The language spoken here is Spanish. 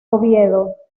oviedo